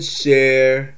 share